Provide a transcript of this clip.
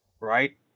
right